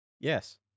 Yes